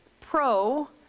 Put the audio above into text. pro